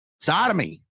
Sodomy